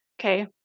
Okay